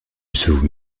suchen